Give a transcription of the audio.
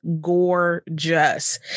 gorgeous